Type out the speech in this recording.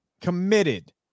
committed